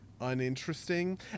uninteresting